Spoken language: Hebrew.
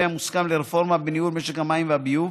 המוסכם לרפורמה בניהול משק המים והביוב,